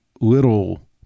little